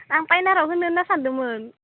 आं पाय'निराव होनो होनना सान्दोंमोन